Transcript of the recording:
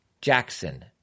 Jackson